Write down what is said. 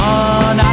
on